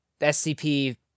SCP